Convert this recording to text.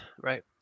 Right